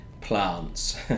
plants